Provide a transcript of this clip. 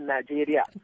Nigeria